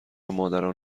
مادران